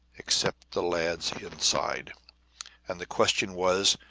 except the lads inside. and the question was,